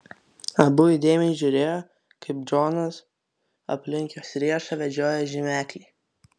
abu įdėmiai žiūrėjo kaip džonas aplink jos riešą vedžioja žymeklį